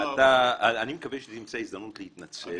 אני מקווה שתמצא הזדמנות להתנצל,